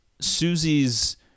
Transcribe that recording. Susie's